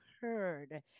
heard